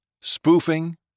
spoofing